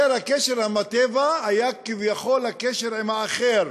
יותר, הקשר עם הטבע היה כביכול הקשר עם האחר.